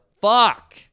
fuck